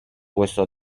questo